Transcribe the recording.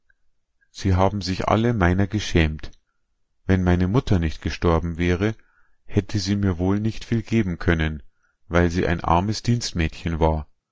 sie haben sich alle meiner geschämt wenn meine mutter nicht gestorben wäre hätte sie mir wohl nicht viel geben können weil sie ein armes dienstmädchen war